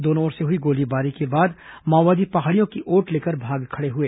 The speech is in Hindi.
दोनों ओर से हुई गोलीबारी के बाद माओवादी पहाड़ियों की ओट लेकर भाग खड़े हुए